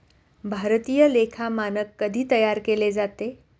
भारतीय लेखा मानक कधी तयार केले जाते?